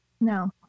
No